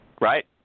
Right